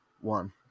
one